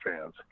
fans